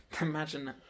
Imagine